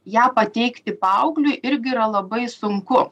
ją pateikti paaugliui irgi yra labai sunku